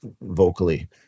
vocally